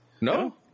No